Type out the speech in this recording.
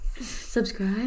Subscribe